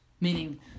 Meaning